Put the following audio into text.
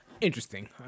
Interesting